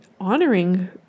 honoring